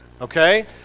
okay